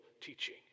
teaching